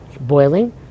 boiling